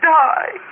die